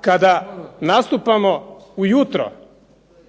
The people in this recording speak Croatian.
kada nastupamo u jutro,